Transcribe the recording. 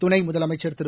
துணை முதலமைச்சர் திரு